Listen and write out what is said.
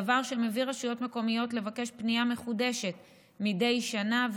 דבר שמביא רשויות מקומיות לבקש פנייה מחודשת מדי שנה,